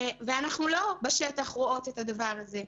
אנחנו לא רואות את הדבר הזה בשטח.